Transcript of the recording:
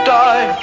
die